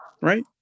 Right